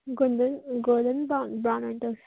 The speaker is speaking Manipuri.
ꯒꯣꯜꯗꯦꯜ ꯕ꯭ꯔꯥꯎꯟ ꯑꯣꯏꯅ ꯇꯧꯁꯦ